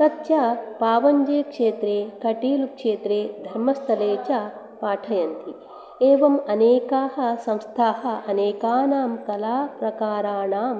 तत् च पावन्दिक्षेत्रे कटिल्क्षेत्रे धर्मस्तरे च पाठयन्ति एवम् अनेकाः संस्थाः अनेकानां कलाप्रकाराणां